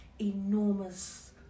enormous